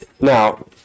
Now